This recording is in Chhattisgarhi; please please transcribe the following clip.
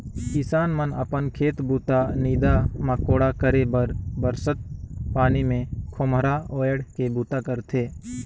किसान मन अपन खेत बूता, नीदा मकोड़ा करे बर बरसत पानी मे खोम्हरा ओएढ़ के बूता करथे